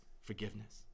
forgiveness